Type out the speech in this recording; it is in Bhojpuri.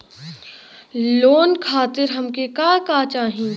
लोन खातीर हमके का का चाही?